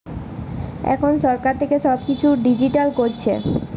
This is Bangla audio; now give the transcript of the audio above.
এখন সরকার থেকে সব কিছু ডিজিটাল করছে